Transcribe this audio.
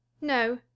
No